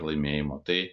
laimėjimo tai